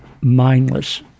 mindless